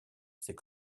c’est